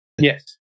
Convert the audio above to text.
Yes